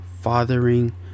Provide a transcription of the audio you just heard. fathering